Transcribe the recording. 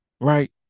Right